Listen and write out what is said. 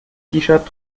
shirt